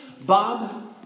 Bob